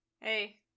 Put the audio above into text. Hey